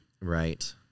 Right